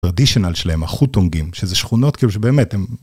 פרדישנל שלהם, החוטונגים, שזה שכונות כאילו שבאמת הם...